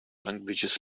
languages